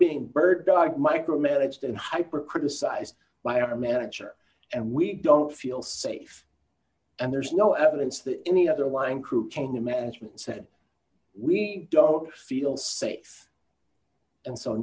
being birddog micromanaged and hyper criticized by our manager and we don't feel safe and there's no evidence that any other line crew came to management said we don't feel safe and so